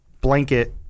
blanket